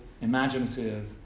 imaginative